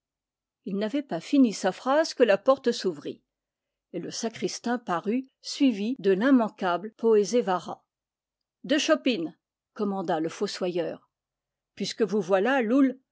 pousser il n'avait pas fini sa phrase que la porte s'ouvrit et le sacristain parut suivi de l'immanquable poézévara deux chopines commanda le fossoyeur puisque vous voilà